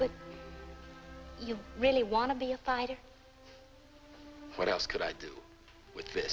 but you really want to be a fighter what else could i do with th